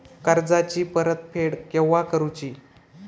कर्जाची परत फेड केव्हा करुची?